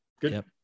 Good